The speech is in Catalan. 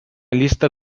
llista